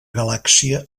galàxia